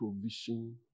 provision